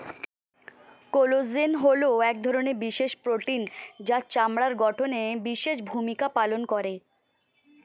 collagen হলো এক ধরনের বিশেষ প্রোটিন যা চামড়ার গঠনে বিশেষ ভূমিকা পালন করে